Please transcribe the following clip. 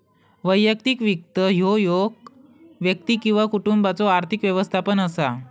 वैयक्तिक वित्त ह्यो एक व्यक्ती किंवा कुटुंबाचो आर्थिक व्यवस्थापन असा